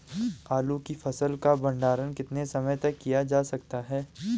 आलू की फसल का भंडारण कितने समय तक किया जा सकता है?